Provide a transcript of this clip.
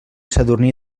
sadurní